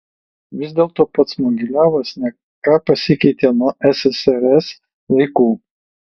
vis dėlto pats mogiliavas ne ką pasikeitė nuo ssrs laikų